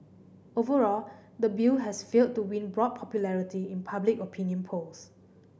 overall the bill has failed to win broad popularity in public opinion polls